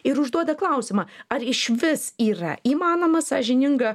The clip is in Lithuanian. ir užduoda klausimą ar išvis yra įmanoma sąžininga